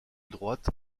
droite